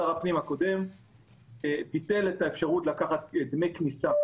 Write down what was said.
שר הפנים הקודם ביטל את האפשרות לקחת דמי כניסה.